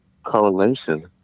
Correlation